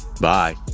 Bye